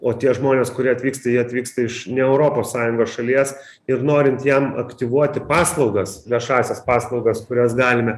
o tie žmonės kurie atvyksta jie atvyksta iš ne europos sąjungos šalies ir norint jim aktyvuoti paslaugas viešąsias paslaugas kurias galime